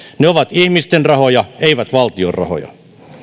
ne ovat ihmisten rahoja eivät valtion rahoja